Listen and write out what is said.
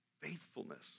faithfulness